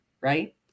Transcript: right